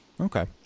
Okay